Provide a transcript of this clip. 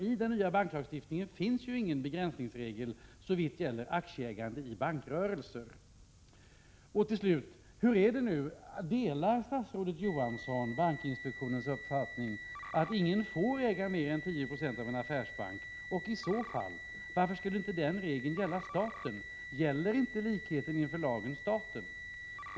I den nya banklagstiftningen finns ju ingen begränsningsregel såvitt gäller aktieägandet i bankrörelser. Till slut vill jag fråga statsrådet Johansson om han delar bankinspektionens uppfattning att ingen får äga mer än 10 96 i en affärsbank. Varför skulle den regeln i så fall inte gälla staten? Gäller inte principen om likhet inför lagen staten?